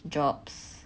jobs